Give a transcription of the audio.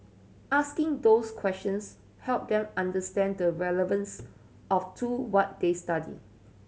asking those questions helped them understand the relevance of to what they study